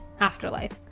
afterlife